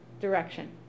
direction